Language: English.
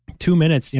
two minutes,